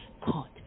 caught